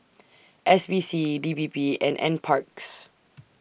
S P C D P P and N Parks